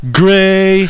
gray